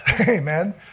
amen